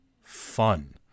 fun